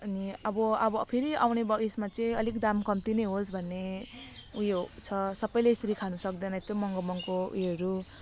अनि अब अब फेरि आउने ब उयसमा चाहिँ अलिक दाम कम्ती नै होस् भन्ने उयो छ सबैले यसरी खानुसक्दैन यत्रो महँगो महँगो उयोहरू